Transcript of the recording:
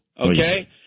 Okay